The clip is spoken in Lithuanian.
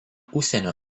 užsienio